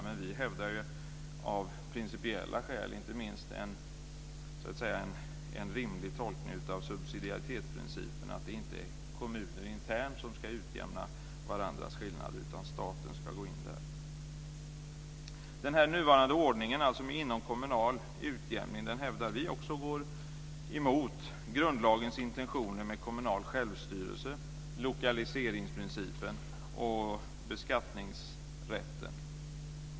Men vi hävdar inte minst av principiella skäl att en rimlig tolkning av subsidiaritetsprincipen är att det inte är kommuner internt som ska utjämna varandras skillnader, utan att staten ska gå in där. Den nuvarande ordningen med inomkommunal utjämning hävdar vi också går emot grundlagens intentioner med kommunal självstyrelse, lokaliseringsprincip och beskattningsrätt.